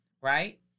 right